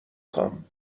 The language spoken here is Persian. خوام